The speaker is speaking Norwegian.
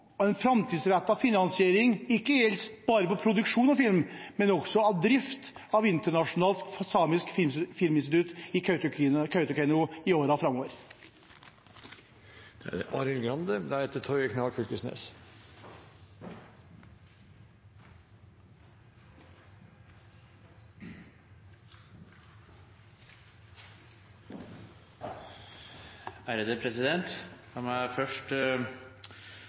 og en framtidsrettet finansiering, ikke bare når det gjelder produksjon av film, men også når det gjelder drift av Internasjonalt Samisk Filminstitutt i Kautokeino i årene framover. La meg først påpeke at det